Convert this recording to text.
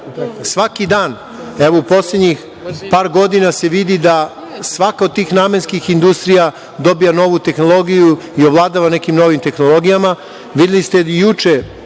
svaki dan, evo u poslednjih par godina se vidi da svaka od tih namenskih industrija dobija novu tehnologiju i ovladava nekim novim tehnologijama. Videli ste juče